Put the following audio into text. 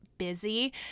busy